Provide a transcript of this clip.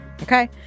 Okay